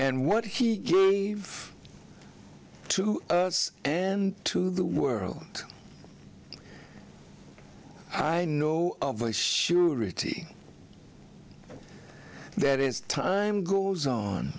and what he gave to and to the world i know of a surety that is time goes on